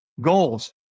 goals